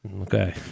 Okay